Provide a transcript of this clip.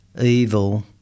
evil